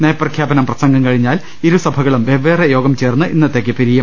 നയപ്രഖ്യാ പനപ്രസംഗം കഴിഞ്ഞാൽ ഇരുസഭകളും വേറെ വേറെ യോഗം ചേർന്ന് ഇന്നത്തേക്ക് പിരിയും